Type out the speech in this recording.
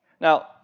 Now